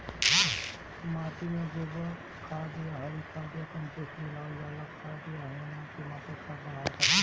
माटी में गोबर खाद या हरी खाद या कम्पोस्ट मिलावल जाला खाद या ह्यूमस क मात्रा बढ़ावे खातिर?